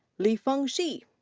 lifeng shi.